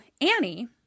Annie